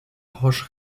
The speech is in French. roche